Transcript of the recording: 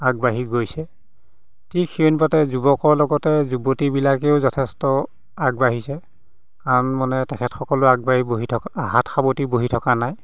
আগবাঢ়ি গৈছে ঠিক সেই অনুপাতে যুৱকৰ লগতে যুৱতীবিলাকেও যথেষ্ট আগবাঢ়িছে কাৰণ মানে তেখেতসকলো আগবাঢ়ি বহি থকা হাত সাৱতি বহি থকা নাই